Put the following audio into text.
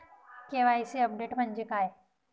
KYC update म्हणजे काय?